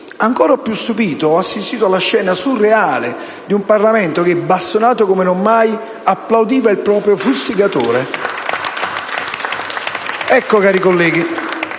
Ancor più stupito ho assistito alla scena surreale di un Parlamento che, bastonato come non mai, applaudiva il proprio fustigatore. *(Applausi dal